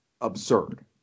absurd